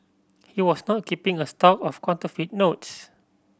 he was not keeping a stock of counterfeit note